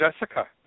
Jessica